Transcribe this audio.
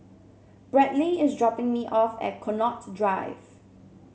Brantley is dropping me off at Connaught Drive